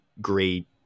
great